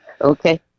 Okay